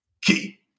Key